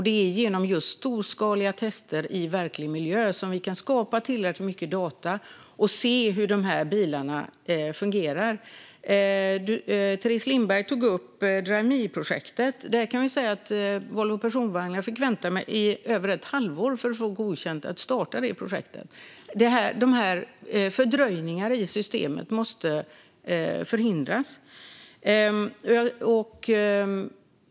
Det är genom just storskaliga tester i verklig miljö som vi kan skapa tillräckligt mycket data för att se hur dessa bilar fungerar. Teres Lindberg tog upp Drive Me-projektet. Volvo Personvagnar fick vänta över ett halvår för att få ett godkännande för att starta detta projekt. Fördröjningar i systemet måste förhindras.